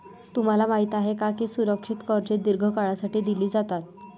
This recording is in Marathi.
तुम्हाला माहित आहे का की सुरक्षित कर्जे दीर्घ काळासाठी दिली जातात?